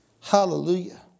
Hallelujah